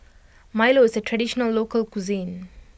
Milo is a traditional local cuisine